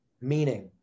Meaning